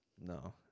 no